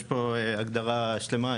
יש פה הגדרה שלמה,